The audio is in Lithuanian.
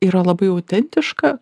yra labai autentiška